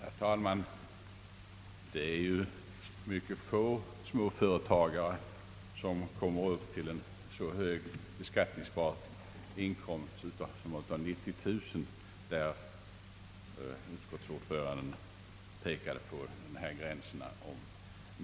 Herr talman! Det är ytterst få småföretagare som kommer upp till en så hög beskattningsbar inkomst som 20 000 kronor; utskottsordföranden pekade ju på den gränsen.